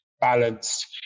balanced